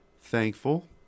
thankful